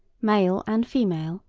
male and female,